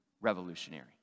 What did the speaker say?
revolutionary